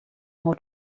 how